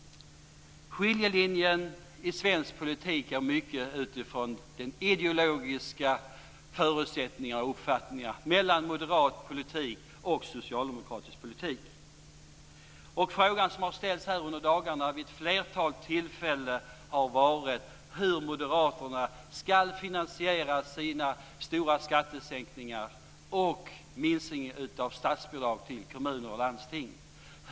Skiljelinjen i svensk politik gäller i hög grad de olika ideologiska förutsättningarna och uppfattningarna hos moderat politik och socialdemokratisk politik. Den fråga som ställts vid ett flertal tillfällen under de här dagarna har varit hur moderaterna skall finansiera sina stora skattesänkningar och minskningen av statsbidrag till kommuner och landsting.